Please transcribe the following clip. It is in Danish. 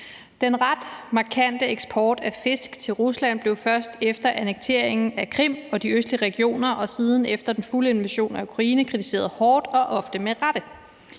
Den ret markante eksport af fisk til Rusland blev først efter annekteringen af Krim og de østlige regioner og siden efter den fulde invasion af Ukraine kritiseret hårdt og ofte med rette.